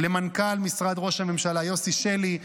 למנכ"ל משרד ראש הממשלה יוסי שלי,